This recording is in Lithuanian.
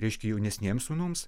reiškia jaunesniem sūnums